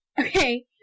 okay